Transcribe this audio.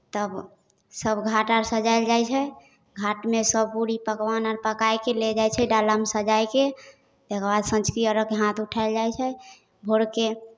तब सभ घाट अर सजायल जाइ छै घाटमे सभ पूरी पकवान अर पकाए कऽ लऽ जाइ छै डालामे सजाए कऽ तकर बाद सँझुकी अरघमे हाथ उठायल जाइ छै भोरकेँ